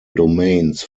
domains